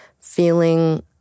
feeling